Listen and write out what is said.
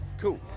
Cool